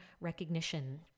recognition